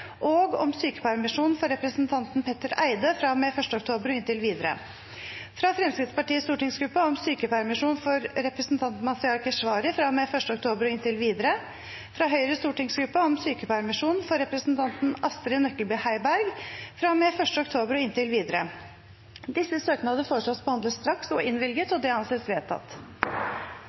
og om sykepermisjon for representanten Petter Eide fra og med 1. oktober og inntil videre fra Fremskrittspartiets stortingsgruppe om sykepermisjon for representanten Mazyar Keshvari fra og med 1. oktober og inntil videre fra Høyres stortingsgruppe om sykepermisjon for representanten Astrid Nøklebye Heiberg fra og med 1. oktober og inntil videre